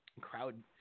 crowd